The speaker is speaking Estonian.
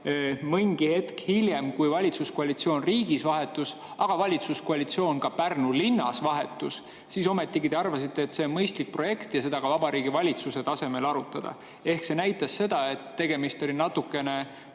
Mingi aeg hiljem, kui valitsuskoalitsioon riigis vahetus ja valitsuskoalitsioon ka Pärnu linnas vahetus, siis te ometigi arvasite, et see on mõistlik projekt ja seda võiks ka Vabariigi Valitsuse tasemel arutada. See näitas seda, et tegemist oli natukene,